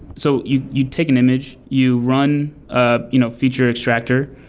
so you you take an image. you run a you know feature extractor,